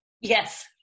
Yes